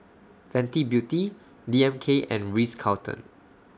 Fenty Beauty D M K and Ritz Carlton